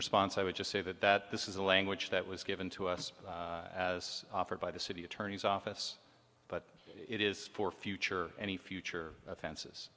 response i would just say that that this is a language that was given to us as offered by the city attorney's office but it is for future any future offenses